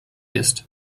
ist